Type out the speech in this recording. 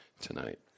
tonight